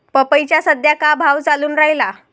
पपईचा सद्या का भाव चालून रायला?